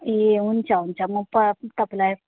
ए हुन्छ हुन्छ म प तपाईँलाई